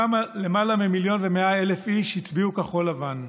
למעלה ממיליון ו-100,000 איש הצביעו כחול לבן.